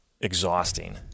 exhausting